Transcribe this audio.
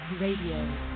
radio